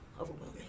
overwhelming